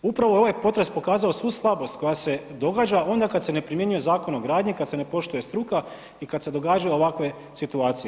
Upravo je ovaj potres pokazao svu slabost koja se događa onda kada se ne primjenjuje Zakon o gradnji, kada se ne poštuje struka i kada se događaju ovakve situacije.